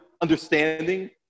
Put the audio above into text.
understanding